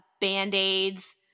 band-aids